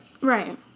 Right